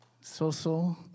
So-so